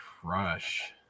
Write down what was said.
crush